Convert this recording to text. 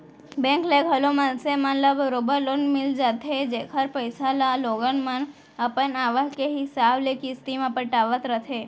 bank ले घलौ मनसे मन ल बरोबर लोन मिल जाथे जेकर पइसा ल लोगन मन अपन आवक के हिसाब ले किस्ती म पटावत रथें